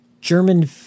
German-